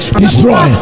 destroy